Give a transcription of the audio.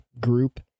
group